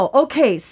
okay